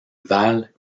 val